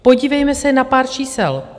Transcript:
Podívejme se na pár čísel.